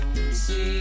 See